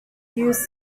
use